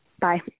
Bye